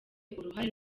uruhare